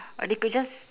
or they could just